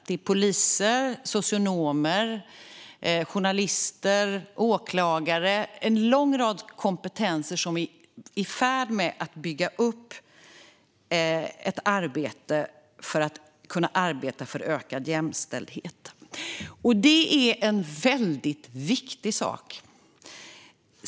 Det är poliser, socionomer, journalister och åklagare - en lång rad kompetenser som är i färd med att bygga upp ett arbete för ökad jämställdhet. Det är en viktig sak.